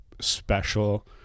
special